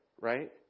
right